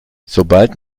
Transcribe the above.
sobald